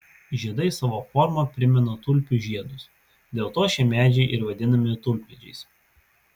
žiedai savo forma primena tulpių žiedus dėl to šie medžiai ir vadinami tulpmedžiais